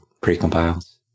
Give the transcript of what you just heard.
precompiles